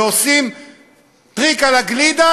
ועושים טריק על הגלידה,